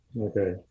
okay